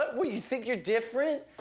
what, do you think you're different?